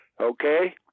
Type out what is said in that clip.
okay